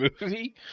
movie